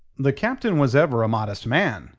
the captain was ever a modest man,